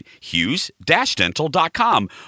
hughes-dental.com